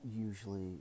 usually